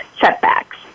setbacks